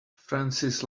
francis